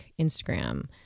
Instagram